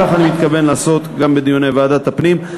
כך אני מתכוון לעשות גם בדיוני ועדת הפנים.